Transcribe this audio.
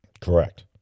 Correct